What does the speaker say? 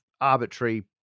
arbitrary